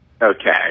Okay